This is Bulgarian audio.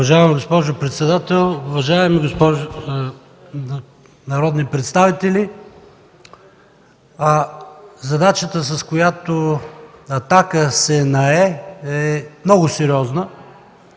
Уважаема госпожо председател, уважаеми госпожи и господа народни представители! Задачата, с която „Атака” се зае, е много сериозна.